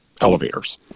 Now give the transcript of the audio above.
elevators